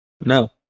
No